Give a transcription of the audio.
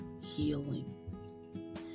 healing